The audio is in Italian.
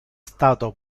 stato